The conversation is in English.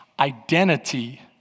identity